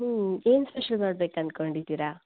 ಏನು ಸ್ಪೆಷಲ್ ಮಾಡ್ಬೇಕಂತ್ಕೊಂಡಿದ್ದೀರಾ